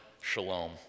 shalom